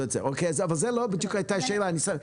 אבל זו לא בדיוק הייתה השאלה.